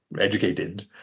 educated